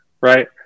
right